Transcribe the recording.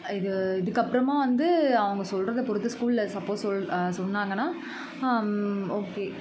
இது இதுக்கப்புறமா வந்து அவங்க சொல்கிறத பொறுத்து ஸ்கூல்ல சப்போஸ் சொல் சொன்னாங்கன்னால் ஓகே